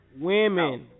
Women